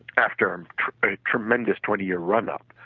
after a tremendous twenty year run up,